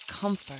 comfort